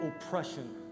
oppression